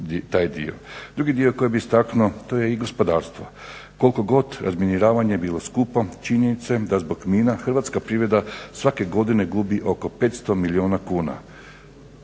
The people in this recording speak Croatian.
Drugi dio koji bi istaknuo to je i gospodarstvo. Koliko god razminiravanje bilo skupo, činjenica je da zbog mina hrvatska privreda svake godine gubi oko 500 milijuna kuna,